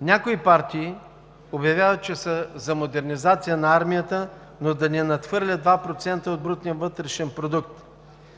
Някои партии обявяват, че са за модернизация на армията, но да не надхвърля 2% от брутния вътрешен продукт.